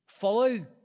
Follow